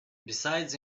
besides